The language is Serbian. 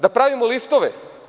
Da pravimo liftove?